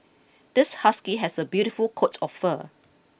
this husky has a beautiful coat of fur